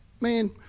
Man